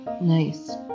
Nice